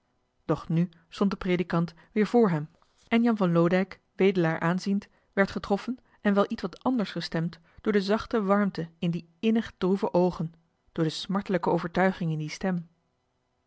doch nu stond de predikant weer vr hem en jan van loodijck wedelaar aanziend werd getroffen en wel ietwat anders gestemd door de zachte warmte in die innig droeve oogen door de smartelijke overtuiging in die stem